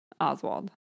Oswald